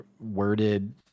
worded